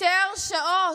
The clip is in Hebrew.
שתי הרשעות,